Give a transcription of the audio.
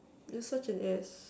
you're such an ass